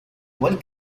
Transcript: igual